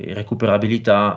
recuperabilità